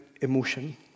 emotion